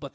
but the